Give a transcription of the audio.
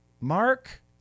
Mark